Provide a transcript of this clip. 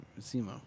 Simo